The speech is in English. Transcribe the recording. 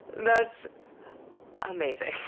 that's amazing.